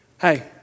Hey